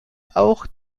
auch